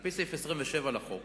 על-פי סעיף 27 לחוק